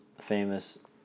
famous